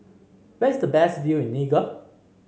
where is the best view in Niger